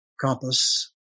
Compass